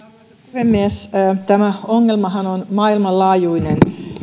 puhemies tämä ongelmahan on maailmanlaajuinen